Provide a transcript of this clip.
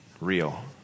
real